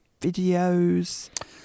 videos